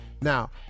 Now